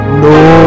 no